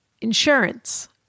Insurance